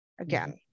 again